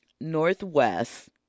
Northwest